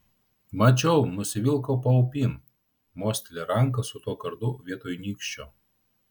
mačiau nusivilko paupin mosteli ranka su tuo kardu vietoj nykščio